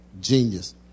genius